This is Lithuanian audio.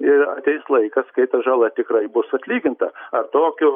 ir ateis laikas kai ta žala tikrai bus atlyginta ar tokiu